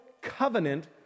covenant